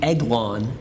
Eglon